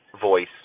voice